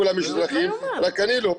כולם אזרחים רק אני לא.